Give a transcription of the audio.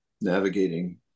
navigating